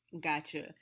Gotcha